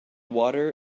water